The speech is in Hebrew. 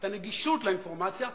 את הגישה לאינפורמציה,